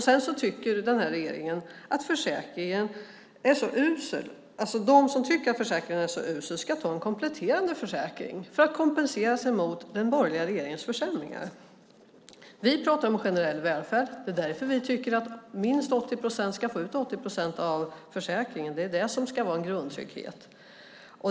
Sedan tycker regeringen att de som anser att försäkringen är så usel ska ta en kompletterande försäkring för att kompensera sig mot den borgerliga regeringens försämringar. Vi pratar om generell välfärd. Det är därför vi tycker att minst 80 procent genom försäkringen ska få ut 80 procent. Det är det som ska vara en grundtrygghet.